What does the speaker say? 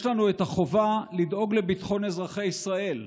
יש לנו את החובה לדאוג לביטחון אזרחי ישראל.